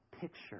picture